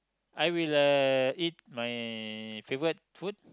I will uh eat my favorite food